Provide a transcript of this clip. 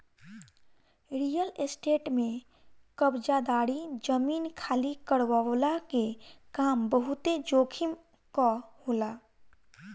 real state में कब्ज़ादारी, जमीन खाली करववला के काम बहुते जोखिम कअ होला